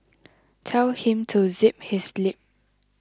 tell him to zip his lip